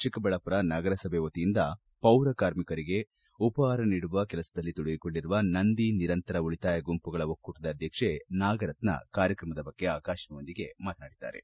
ಚಿಕ್ಕಬಳ್ಳಾಪುರ ನಗರಸಭೆ ವತಿಯಿಂದ ಪೌರ ಕಾರ್ಮಿಕರಿಗೆ ಉಪಹಾರ ನೀಡುವ ಕೆಲಸದಲ್ಲಿ ತೊಡಗಿಕೊಂಡಿರುವ ನಂದಿ ನಿರಂತರ ಉಳಿತಾಯ ಗುಂಪುಗಳ ಒಕ್ಕೂಟದ ಅಧ್ವಕ್ಷೆ ನಾಗರತ್ನ ಕಾರ್ಯಕ್ರಮದ ಬಗ್ಗೆ ಆಕಾಶವಾಣಿಯೊಂದಿಗೆ ಮಾತನಾಡಿದ್ದಾರೆ